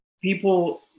people